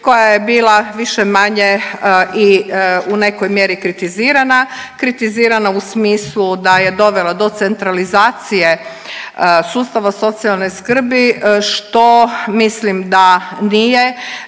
koja je bila više-manje i u nekoj mjeri kritizirana, kritizirana u smislu da je dovela do centralizacije sustava socijalne skrbi što mislim da nije